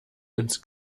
ins